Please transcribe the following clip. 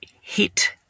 hit